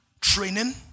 Training